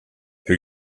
who